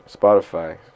Spotify